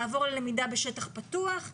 לעבור ללמידה בשטח פתוח,